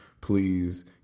please